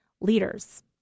leaders